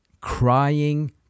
crying